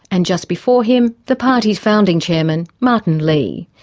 and just before him, the party's founding chairman, martin lee.